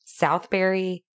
Southbury